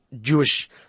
Jewish